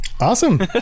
awesome